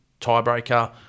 tiebreaker